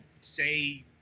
say